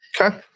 okay